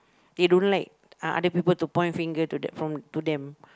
they don't like o~ other people to point finger to th~ from to them